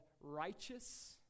righteous